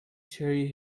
cherry